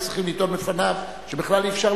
היו צריכים לטעון בפניו שבכלל אי-אפשר